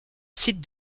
site